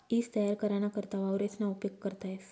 ईज तयार कराना करता वावरेसना उपेग करता येस